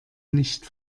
nicht